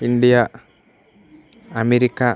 India America